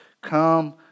Come